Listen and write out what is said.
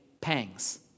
pangs